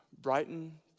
Brighton